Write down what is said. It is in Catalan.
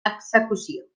execució